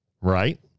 right